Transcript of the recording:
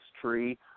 tree